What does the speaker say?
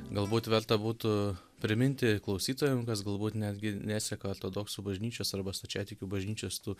galbūt verta būtų priminti klausytojam kas galbūt netgi neseka ortodokų bažnyčios arba stačiatikių bažnyčios tų